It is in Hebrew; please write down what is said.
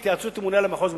בהתייעצות עם הממונה על המחוז,